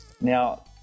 now